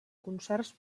concerts